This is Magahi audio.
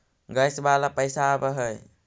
गैस वाला पैसा आव है?